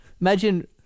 Imagine